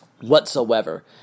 whatsoever